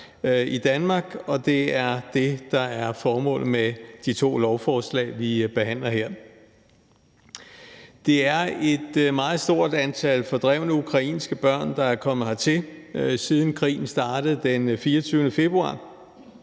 i Danmark, og det er det, der er formålet med de to lovforslag, vi behandler her. Det er et meget stort antal fordrevne ukrainske børn, der er kommet hertil, siden krigen startede den 24. februar,